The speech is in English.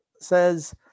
says